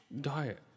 diet